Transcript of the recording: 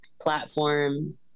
platform